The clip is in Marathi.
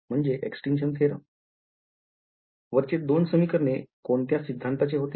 वरचे दोन समीकरणे कोणत्या सिद्धांताचे होते